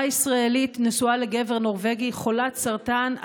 בחורה ישראלית, נשואה לגבר נורבגי, חולת סרטן.